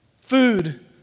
Food